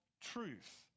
truth